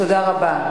תודה רבה.